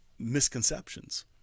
misconceptions